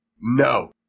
No